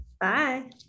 Bye